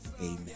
Amen